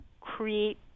create